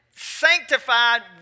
sanctified